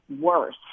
worse